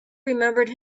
remembered